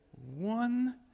One